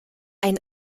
ein